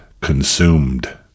Consumed